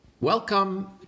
Welcome